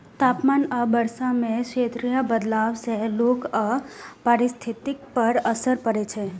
तापमान आ वर्षा मे क्षेत्रीय बदलाव सं लोक आ पारिस्थितिकी पर असर पड़ै छै